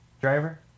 Driver